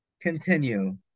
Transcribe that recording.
continue